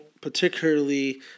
particularly